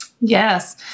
Yes